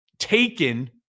taken